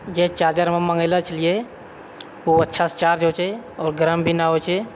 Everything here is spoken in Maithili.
जे चार्जर हम मङ्गेले छलियै ओ अच्छासँ चार्ज होइ छै आओर गरम भी नहि होइ छै